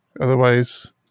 Otherwise